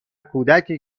کودکی